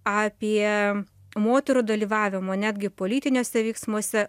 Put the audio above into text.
apie moterų dalyvavimą netgi politiniuose veiksmuose